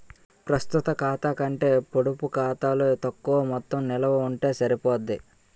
ప్రస్తుత ఖాతా కంటే పొడుపు ఖాతాలో తక్కువ మొత్తం నిలవ ఉంటే సరిపోద్ది